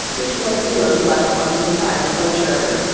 which was below the level of the in side enclosure.